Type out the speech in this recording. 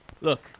Look